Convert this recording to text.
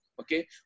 Okay